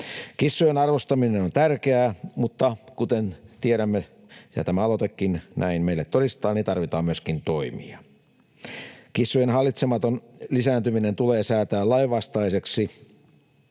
Kissojen arvostaminen on tärkeää, mutta kuten tiedämme ja tämä aloitekin meille todistaa, tarvitaan myöskin toimia. Kissojen hallitsematon lisääntyminen tulee säätää lainvastaiseksi,